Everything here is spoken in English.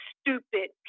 stupid